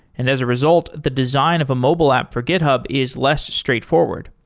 and as a result, the design of a mobile app for github is less straightforward.